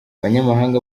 abanyamahanga